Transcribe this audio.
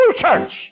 church